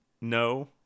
no